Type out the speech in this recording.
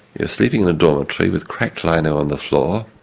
you're sleeping in a dormitory with cracked lino on the floor,